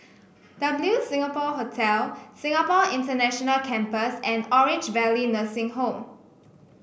W Singapore Hotel Singapore International Campus and Orange Valley Nursing Home